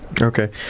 Okay